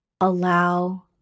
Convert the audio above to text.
Allow